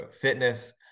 fitness